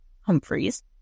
Humphreys